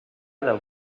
del